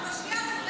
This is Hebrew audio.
מקומות העבודה.